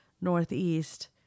northeast